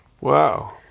wow